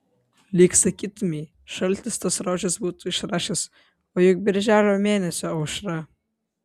lyg sakytumei šaltis tas rožes būtų išrašęs o juk birželio mėnesio aušra